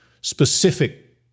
specific